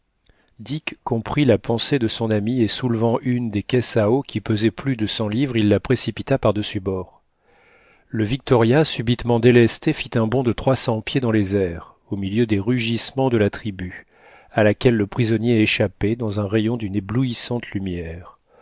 dick comprit la pensée de son ami et soulevant une des caisses à eau qui pesait plus de cent livres il la précipita par-dessus le bord le victoria subitement délesté fit un bond de trois cents pieds dans les airs au milieu de rugissements de la tribu à laquelle le prisonnier échappait dans un rayon d'une éblouissante lumière